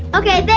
okay. but